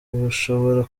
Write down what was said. mushobora